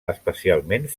especialment